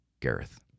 Gareth